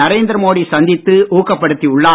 நரேந்திர மோடி சந்தித்து ஊக்கப்படுத்தி உள்ளார்